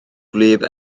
gwlyb